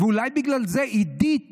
ואולי בגלל זה עידית